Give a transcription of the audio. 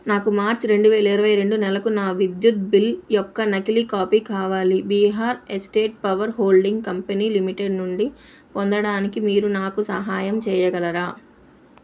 నాకు మార్చ్ రెండు వేల ఇరవై రెండు నెలకు నా విద్యుత్ బిల్ యొక్క నకిలీ కాపీ కావాలి Bihar state power holding company limited నుండి పొందడానికి మీరు నాకు సహాయం చేయగలరా